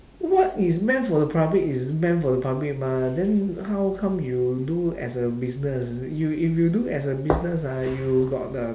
what is meant for the public is meant for the public mah then how come you do as a business you if you do as a business ah you got the